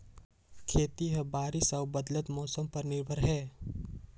खेती ह बारिश अऊ बदलत मौसम पर निर्भर हे